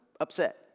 upset